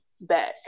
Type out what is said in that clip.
back